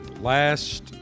last